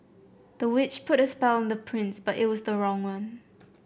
the witch put a spell on the prince but it was the wrong one